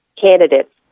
candidates